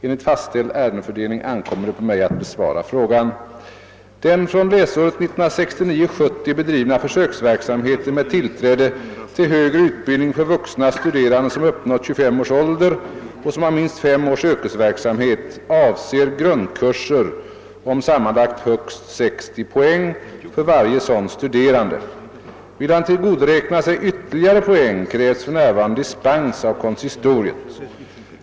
Enligt fastställd ärendefördelning ankommer det på mig att besvara frågan. tillgodoräkna sig ytterligare poäng krävs för närvarande dispens av konsistoriet.